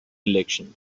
election